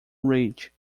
ridge